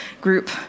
group